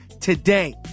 today